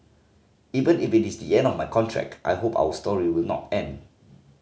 even if it is the end of my contract I hope our story will not end